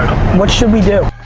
what should we do?